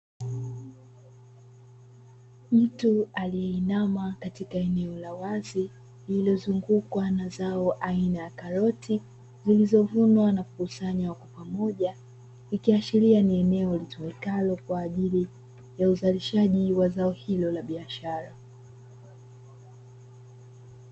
Mtu aliye inama katika eneo la wazi lililozungukwa na zao aina ya karoti zilizovunwa na kukusanywa pamoja, ikiashiria ni eneo litumikalo kwa ajili ya uzalishaji wa zao hilo la biashara.